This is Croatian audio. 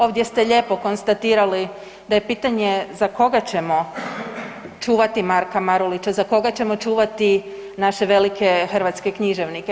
Ovdje ste lijepo konstatirali da je pitanje za koga ćemo čuvati Marka Marulića, za koga ćemo čuvati naše velike hrvatske književnike.